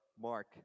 Mark